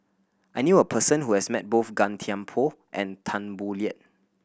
I knew a person who has met both Gan Thiam Poh and Tan Boo Liat